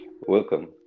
welcome